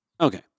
Okay